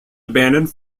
abandoned